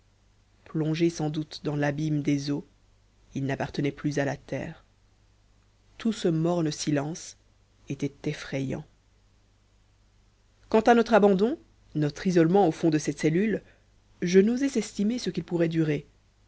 plongé sans doute dans l'abîme des eaux il n'appartenait plus à la terre tout ce morne silence était effrayant quant à notre abandon notre isolement au fond de cette cellule je n'osais estimer ce qu'il pourrait durer